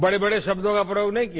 बड़े बड़े शब्दों का प्रयोग नहीं किया